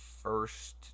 first